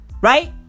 right